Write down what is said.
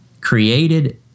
created